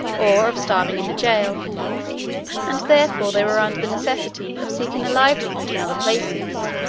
or of starving in a jail and therefore they were under the necessity of seeking a livelihood in other places.